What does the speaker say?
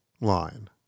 line